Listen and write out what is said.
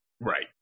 right